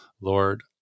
Lord